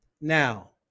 Now